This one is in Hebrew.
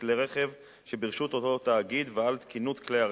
בכלי רכב שברשות אותו תאגיד ועל תקינות כלי הרכב,